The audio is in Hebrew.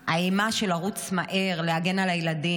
האימה לרוץ מהר להגן על הילדים,